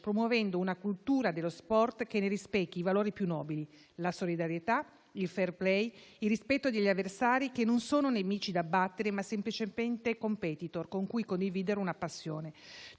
promuovendo una cultura dello sport che ne rispecchi i valori più nobili: la solidarietà, il *fair play*, il rispetto degli avversari, che nemici non sono da battere, ma semplicemente *competitor* con cui condividere una passione.